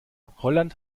holland